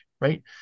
right